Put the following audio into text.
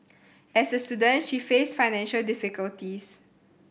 as a student she faced financial difficulties